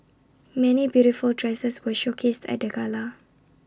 many beautiful dresses were showcased at the gala